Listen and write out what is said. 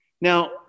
Now